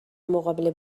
مقابل